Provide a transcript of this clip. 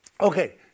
Okay